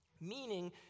Meaning